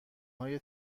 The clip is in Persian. های